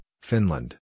Finland